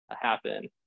happen